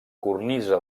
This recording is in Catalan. cornisa